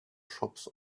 shops